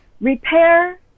repair